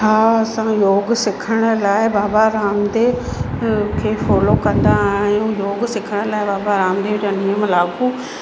हा असां योग सिखण लाइ बाबा रामदेव खे फोलो कंदा आहियूं योग सिखण लाइ बाबा रामदेव जा नियम लागू